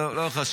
טוב, לא חשוב.